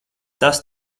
tas